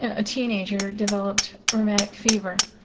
and a teenager, developed rheumatic fever.